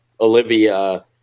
Olivia